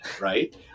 Right